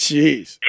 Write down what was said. Jeez